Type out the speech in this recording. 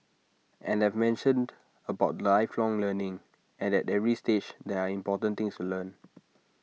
and I've mentioned about lifelong learning and at every stage there are important things to learn